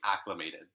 acclimated